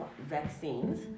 vaccines